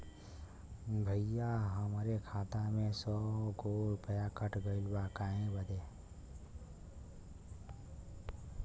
भईया हमरे खाता मे से सौ गो रूपया कट गइल बा काहे बदे?